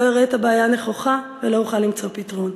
לא אראה את הבעיה נכוחה ולא אוכל למצוא פתרון.